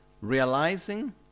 Realizing